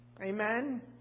Amen